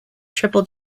triple